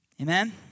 Amen